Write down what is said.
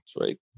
right